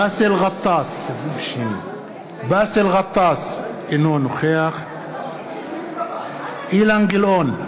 באסל גטאס, אינו נוכח אילן גילאון,